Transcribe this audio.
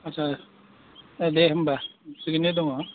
आटसा दे होमबा थिगैनो दङ